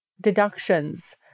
deductions